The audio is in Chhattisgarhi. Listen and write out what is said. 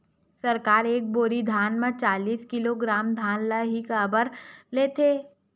सरकार एक बोरी धान म चालीस किलोग्राम धान ल ही काबर लेथे?